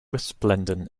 resplendent